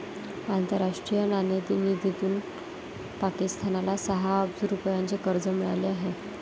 आंतरराष्ट्रीय नाणेनिधीकडून पाकिस्तानला सहा अब्ज रुपयांचे कर्ज मिळाले आहे